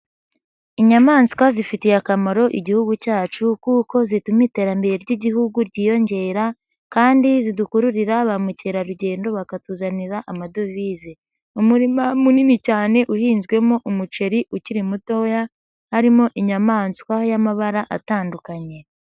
Inyamaswa zifitiye akamaro Igihugu cyacu kuko zituma iterambere ry'Igihugu ryiyongera kandi zidukururira ba mukerarugendo bakatuzanira amadovize. Umurima munini cyane uhinzwemo umuceri ukiri mutoya harimo inyamaswa y'amabara atandukanye.